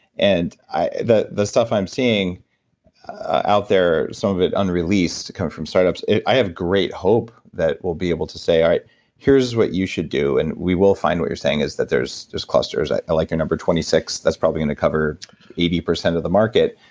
and the the stuff i'm seeing out there, some of it unreleased, coming from startups, i have great hope that we'll be able to say, all right here's what you should do. and we will find what you're saying is that there's there's clusters. i like your number twenty six, that's probably going to cover eighty percent of the market.